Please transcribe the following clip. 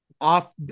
off